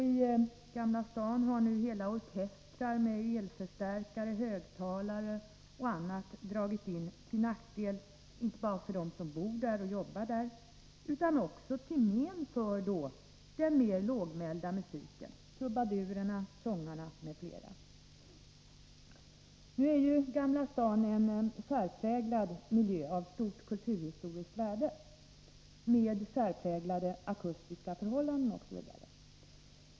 I Gamla stan har hela orkestrar med elförstärkare, högtalare osv. dragit in, till nackdel inte bara för dem som bor och arbetar där, utan också till men för den mer lågmälda musiken — trubadurerna, sångarna m.fl. Nu är ju Gamla stan en särpräglad miljö av stort kulturhistoriskt värde, "med särpräglade akustiska förhållanden.